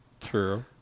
True